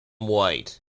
white